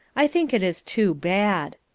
i think it is too bad.